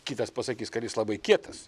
kitas pasakys kad jis labai kietas